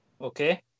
okay